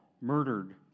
murdered